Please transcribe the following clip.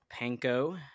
panko